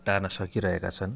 turn सकिरहेका छन्